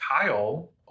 Kyle